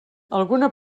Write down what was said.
alguna